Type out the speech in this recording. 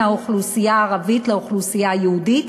האוכלוסייה הערבית לאוכלוסייה היהודית,